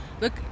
look